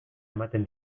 ematen